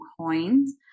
coins